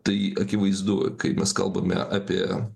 tai akivaizdu kai mes kalbame apie